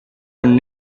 and